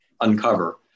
uncover